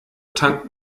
tankt